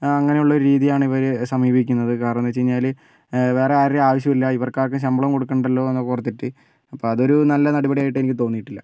അങ്ങനെയുള്ളൊരു രീതിയാണ് ഇവർ സമീപിക്കുന്നത് കാരണമെന്തെന്ന് വെച്ച് കഴിഞ്ഞാൽ വേറെ ആരുടെയും ആവശ്യമില്ല ഇവർക്കാർക്കും ശമ്പളം കൊടുക്കണ്ടല്ലോ എന്നൊക്കെ ഓർത്തിട്ട് അപ്പോൾ അതൊരു നല്ല നടപടിയായിട്ട് എനിക്ക് തോന്നിയിട്ടില്ല